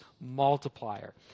multiplier